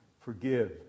Forgive